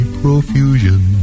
profusion